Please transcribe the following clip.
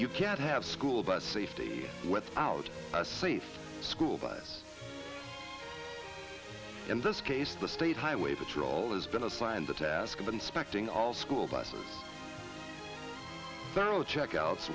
you can't have school bus safety without a safe school bus in this case the state highway patrol has been assigned the task of inspecting all school buses thorough check outs